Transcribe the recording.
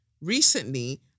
Recently